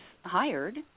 hired